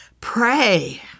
pray